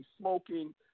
smoking